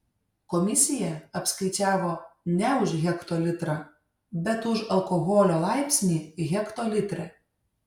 komisija apskaičiavo ne už hektolitrą bet už alkoholio laipsnį hektolitre